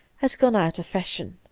has gone out of fashion.